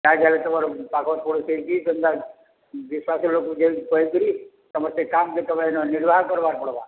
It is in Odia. ଯାହା ହେଲେ ତମର୍ ପାଖ ପଡ଼ୋଶୀ କେହି କି ତ ବିଶ୍ଵାସୀ ଲୋକ୍ କେ କହିକିରି ତମେ ସେ କାମ୍କେ ତମର୍ ନିର୍ବାହ କର୍ବାର୍କେ ପଡ଼୍ବା